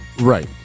Right